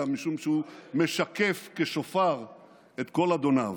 אלא משום שהוא משקף כשופר את קול אדוניו: